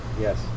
yes